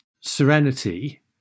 Serenity